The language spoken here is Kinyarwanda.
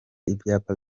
ibyapa